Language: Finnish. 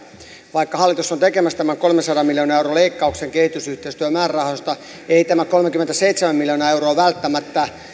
vaikka hallitus on tekemässä tämän kolmensadan miljoonan euron leikkauksen kehitysyhteistyömäärärahoista ei tämä kolmekymmentäseitsemän miljoonaa euroa välttämättä